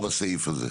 כן, אבל לא בסעיף הזה.